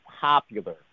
popular